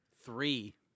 Three